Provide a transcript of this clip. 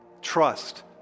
Trust